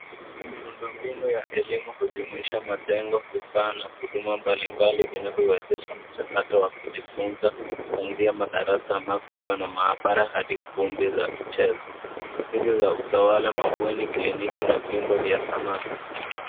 Miundombinu ya elimu hujumuisha majengo, vifaa na huduma mbalimbali vinavyowezesha mchakato wa kujifunza kuanzia madarasa, maktaba na maabara hadi kumbi za michezo, ofisi za utawala, mabweni, kliniki na vyumba vya sanaa.